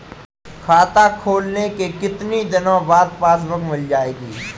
खाता खोलने के कितनी दिनो बाद पासबुक मिल जाएगी?